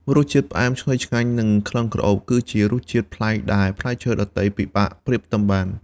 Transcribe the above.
រសជាតិផ្អែមឈ្ងុយឆ្ងាញ់និងក្លិនក្រអូប គឺជារសជាតិប្លែកដែលផ្លែឈើដទៃពិបាកប្រៀបផ្ទឹមបាន។